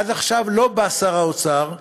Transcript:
עד עכשיו לא בא שר האוצר,